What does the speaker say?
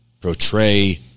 portray